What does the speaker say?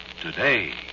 today